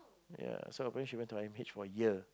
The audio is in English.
ya so apparently she went to I_M_H for year